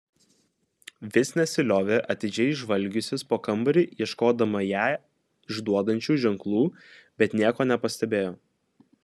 vis nesiliovė atidžiai žvalgiusis po kambarį ieškodama ją išduodančių ženklų bet nieko nepastebėjo